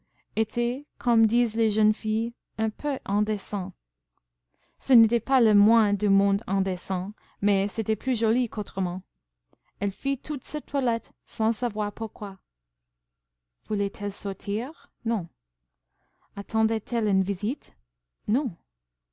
était comme disent les jeunes filles un peu indécent ce n'était pas le moins du monde indécent mais c'était plus joli qu'autrement elle fit toute cette toilette sans savoir pourquoi voulait-elle sortir non attendait elle une visite non